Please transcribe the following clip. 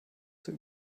zur